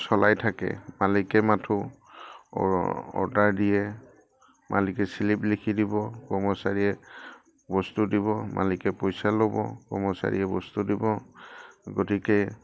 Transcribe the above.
চলাই থাকে মালিকে মাথোঁ অৰ্ডাৰ দিয়ে মালিকে শ্লিপ লিখি দিব কৰ্মচাৰীয়ে বস্তু দিব মালিকে পইচা ল'ব কৰ্মচাৰীয়ে বস্তু দিব গতিকে